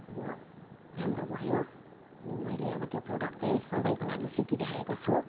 अब राम्रो भयो अनि मैले अब त्यो प्रडक्ट चाहिँ सधैँको लागि सिकिराखेको छु